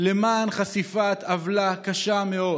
למען חשיפת עוולה קשה מאוד